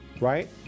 Right